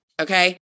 okay